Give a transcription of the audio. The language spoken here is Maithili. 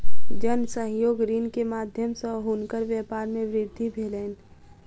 जन सहयोग ऋण के माध्यम सॅ हुनकर व्यापार मे वृद्धि भेलैन